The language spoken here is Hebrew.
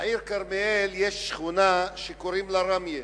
בעיר כרמיאל יש שכונה שקוראים לה ראמיה,